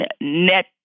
net